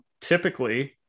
typically